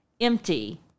empty